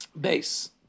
Base